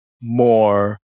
more